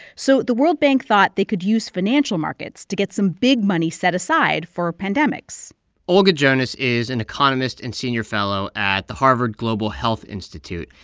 so the world bank thought they could use financial markets to get some big money set aside for pandemics olga jonas is an economist and senior fellow at the harvard global health institute,